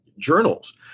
journals